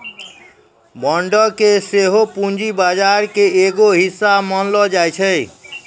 बांडो के सेहो पूंजी बजार के एगो हिस्सा मानलो जाय छै